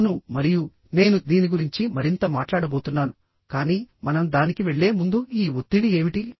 అవును మరియు నేను దీని గురించి మరింత మాట్లాడబోతున్నాను కానీ మనం దానికి వెళ్ళే ముందు ఈ ఒత్తిడి ఏమిటి